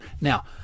Now